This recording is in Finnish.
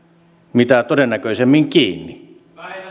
mitä todennäköisimmin kiinni